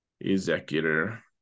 executor